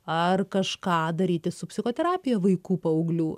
ar kažką daryti su psichoterapija vaikų paauglių